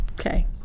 Okay